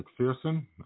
McPherson